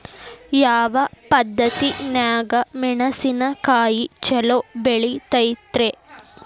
ಯಾವ ಪದ್ಧತಿನ್ಯಾಗ ಮೆಣಿಸಿನಕಾಯಿ ಛಲೋ ಬೆಳಿತೈತ್ರೇ?